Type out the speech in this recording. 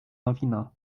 nowina